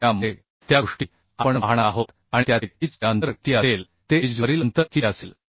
त्यामुळे त्या गोष्टी आपण पाहणार आहोत आणि त्याचे पिच चे अंतर किती असेल ते एज वरील अंतर किती असेल